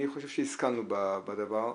אני חושב שהשכלנו בדבר,